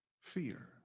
fear